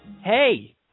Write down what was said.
Hey